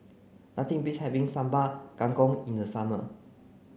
nothing beats having Sambal Kangkong in the summer